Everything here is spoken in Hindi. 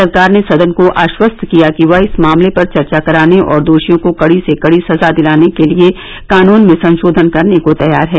सरकार ने सदन को आश्वस्त किया कि वह इस मामले पर चर्चा कराने और दोषियों को कड़ी से कड़ी सजा दिलाने के लिए कानून में संशोधन करने को तैयार है